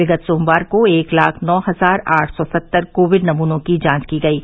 विगत सोमवार को एक लाख नौ हजार आठ सौ सत्तर कोविड नमूनों की जांच की गयी